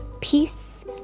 Peace